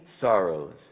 sorrows